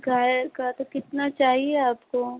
गाय का तो कितना चाहिए आपको